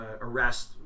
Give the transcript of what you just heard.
arrest